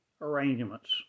arrangements